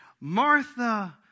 Martha